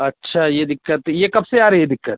अच्छा यह दिक़्क़त तो यह कब से आ रही है दिक़्क़त